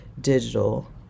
digital